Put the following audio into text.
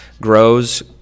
grows